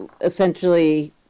essentially